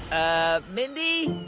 ah, mindy?